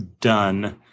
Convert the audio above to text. done